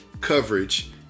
coverage